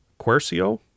Quercio